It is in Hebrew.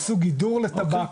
עשו גידור לטבק,